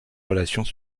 relations